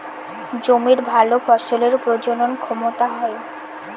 জমির ভালো ফসলের প্রজনন ক্ষমতা হয়